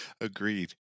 Agreed